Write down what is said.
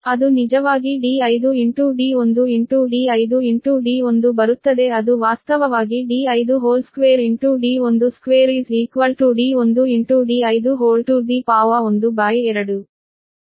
ಅದು ನಿಜವಾಗಿ d5 d1 d5 d1 ಬರುತ್ತದೆ ಅದು ವಾಸ್ತವವಾಗಿ 2 2 12